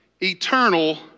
Eternal